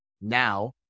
Now